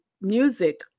music